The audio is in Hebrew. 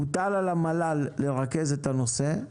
הוטל על המל"ל לרכז את הנושא.